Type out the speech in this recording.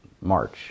March